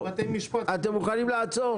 אתם מוכנים לעצור?